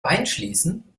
einschließen